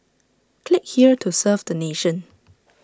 click here to serve the nation